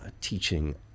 teaching